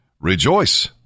Rejoice